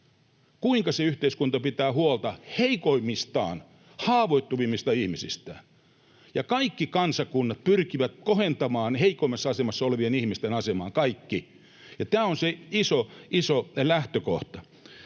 kuinka se yhteiskunta pitää huolta heikoimmistaan, haavoittuvimmista ihmisistään. Ja kaikki kansakunnat pyrkivät kohentamaan heikoimmassa asemassa olevien ihmisten asemaa, kaikki. Tämä on se iso, iso lähtökohta.